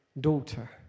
daughter